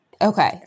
Okay